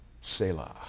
Selah